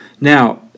Now